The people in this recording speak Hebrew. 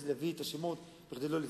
אני לא רוצה להביא את השמות כדי שלא לפגוע,